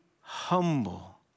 humble